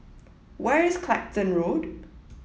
where is Clacton Road